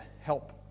help